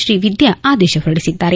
ಶ್ರೀ ವಿದ್ಲಾ ಆದೇಶ ಹೊರಡಿಬಿದ್ಲಾರೆ